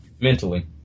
Mentally